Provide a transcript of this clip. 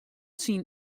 syn